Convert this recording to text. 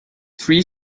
three